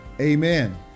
amen